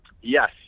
Yes